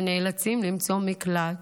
ונאלצים למצוא מקלט.